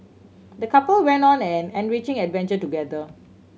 the couple went on an enriching adventure together